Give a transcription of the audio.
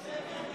שקר גס.